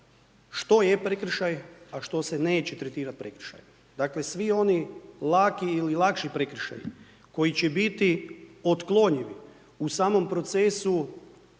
što je prekršaj a što se neće tretirati prekršajem. Dakle svi oni laki ili lakši prekršaji, koji će biti otklonjivi, u samom procesu